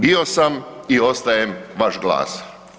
Bio sam i ostajem vaš glas.